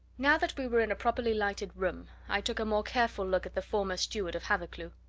now that we were in a properly lighted room, i took a more careful look at the former steward of hathercleugh.